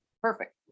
perfect